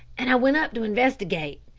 and i went up to investigate.